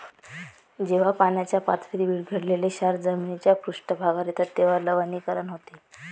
जेव्हा पाण्याच्या पातळीत विरघळलेले क्षार जमिनीच्या पृष्ठभागावर येतात तेव्हा लवणीकरण होते